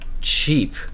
cheap